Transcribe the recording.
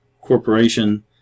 corporation